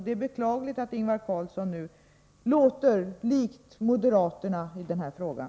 Det är beklagligt att Ingvar Karlsson i Bengtsfors nu förefaller att argumentera på samma sätt som moderaterna i den här frågan.